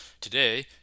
today